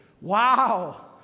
Wow